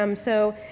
um so,